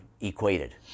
equated